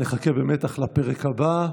נחכה במתח לפרק הבא.